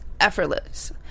effortless